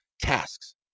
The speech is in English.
tasks